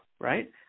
right